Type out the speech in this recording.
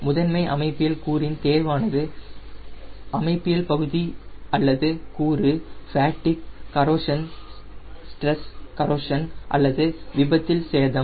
முதன்மை அமைப்பியல் கூறின் தேர்வானது அமைப்பியல் பகுதி அல்லது கூறு ஃபேட்டிக் கரோஷன் ஸ்டெரஸ் கரோக்ஷன் அல்லது விபத்தில் சேதம்